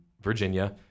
Virginia